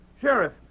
Sheriff